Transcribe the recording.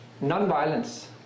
non-violence